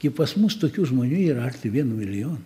gi pas mus tokių žmonių yra arti vieno milijono